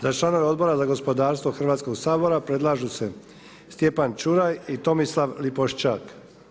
Za članove Odbora za gospodarstvo Hrvatskoga sabora predlažu se Stjepan Čuraj i Tomislav Lipošćak.